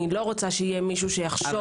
אני לא רוצה שיהיה מישהו שיחשוב לשים את זה.